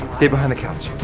stay behind the couch.